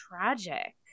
tragic